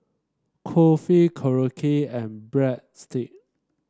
Kulfi Korokke and Breadstick